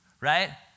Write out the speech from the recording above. right